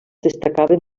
destacaven